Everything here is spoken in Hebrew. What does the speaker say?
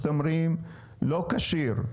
שאתם אומרים לא כשיר,